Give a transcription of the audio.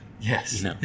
Yes